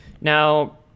Now